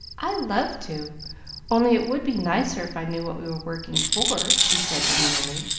i love to only it would be nicer if i knew what we were working for, she said demurely,